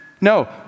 No